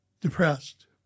depressed